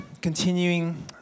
continuing